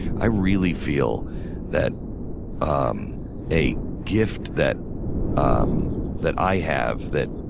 i really feel that um a gift that um that i have that